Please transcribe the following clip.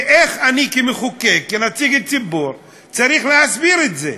איך אני, כמחוקק, נציג ציבור, צריך להסביר את זה?